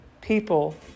people